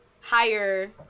higher